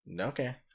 Okay